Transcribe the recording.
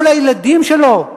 לא מול הילדים שלו.